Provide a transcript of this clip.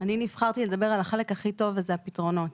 נבחרתי לדבר על החלק הכי טוב וזה הפתרונות.